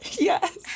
yes